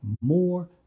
more